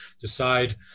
decide